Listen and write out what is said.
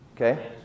Okay